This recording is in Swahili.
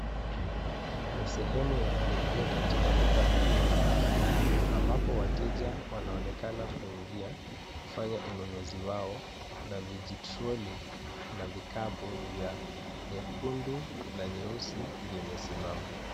Ni sehemu ya kuingia katika duka kuu la Carrefour ambapo wateja wanaonekana kuingia kufanya ununuzi wao na vijitroli na vikapu vya nyekundu na nyeusi vimesimama.